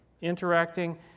interacting